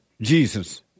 Jesus